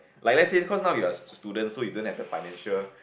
like let's say cause now you are student so you don't have the financial